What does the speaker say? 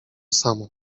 samo